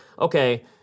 okay